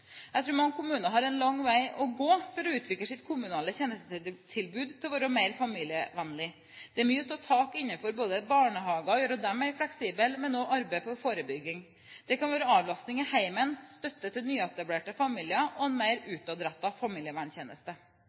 Jeg tror mange kommuner har en lang vei å gå for å utvikle sitt kommunale tjenestetilbud til å være mer familievennlig. Det er mye å ta tak i innenfor barnehager for å gjøre dem mer fleksible, men også innenfor forebyggende arbeid. Det kan være avlasting i hjemmet, støtte til nyetablerte familier og en mer utadrettet familieverntjeneste.